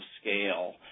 scale